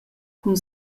cun